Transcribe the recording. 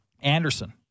Anderson